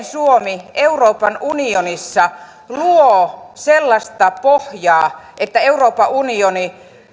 suomi euroopan unionissa luo sellaista pohjaa että euroopan unioni